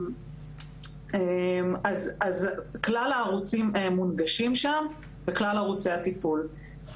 אז כלל הערוצים מונגשים שם וכלל ערוצי הטיפול.